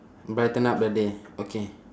brighten up the day okay